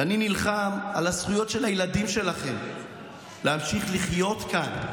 ואני נלחם על הזכויות של הילדים שלכם להמשיך לחיות כאן.